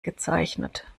gezeichnet